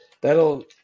that'll